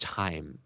time